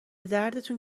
دردتون